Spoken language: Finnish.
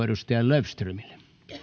edustaja löfströmille